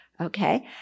okay